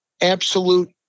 absolute